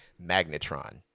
Magnetron